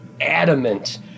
adamant